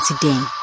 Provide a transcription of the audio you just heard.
today